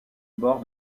bord